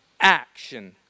action